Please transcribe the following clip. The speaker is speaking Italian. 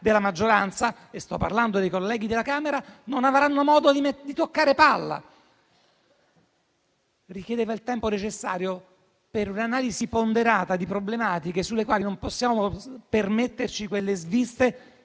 della maggioranza (sto parlando dei colleghi della Camera) non avranno modo di toccare palla. Questo tema richiedeva il tempo necessario per un'analisi ponderata di problematiche sulle quali non possiamo permetterci sviste,